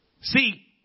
see